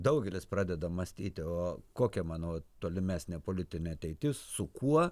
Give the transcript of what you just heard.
daugelis pradeda mąstyti o kokia mano tolimesnė politinė ateitis su kuo